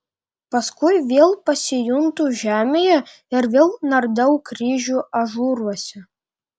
paskui vėl pasijuntu žemėje ir vėl nardau kryžių ažūruose